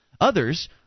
Others